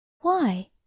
Why